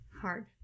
Hard